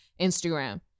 instagram